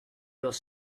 los